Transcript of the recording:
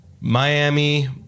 Miami